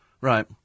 Right